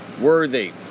worthy